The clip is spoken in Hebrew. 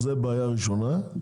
זו בעיה ראשונה.